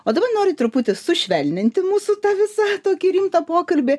o dabar noriu truputį sušvelninti mūsų tą visą tokį rimtą pokalbį